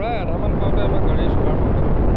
প্ৰায় আধামান পাওঁতেই আমাৰ গাড়ীৰ চকাৰ পামছাৰ হ'ল